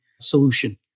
solution